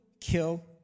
kill